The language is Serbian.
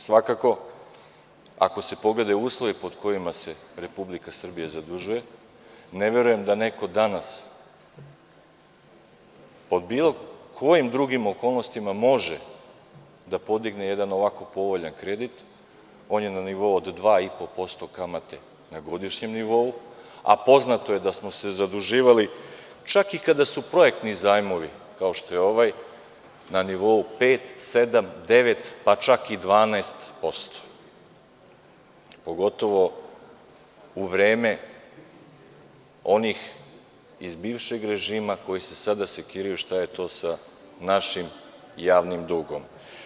Svakako, ako se pogledaju uslovi pod kojima se Republika Srbija zadužuje, ne verujem da neko danas pod bilo kojim drugim okolnostima može da podigne jedan ovako povoljan kredit, on je na nivou od 2,5% kamate na godišnjem nivou, a poznato je da smo se zaduživali čak i kada su projektni zajmovi, kao što je ovaj, na nivou pet, sedam, devet, pa čak i 12%, pogotovo u vreme onih iz bivšeg režima, koji se sada brinu šta je to sa našim javnim dugom.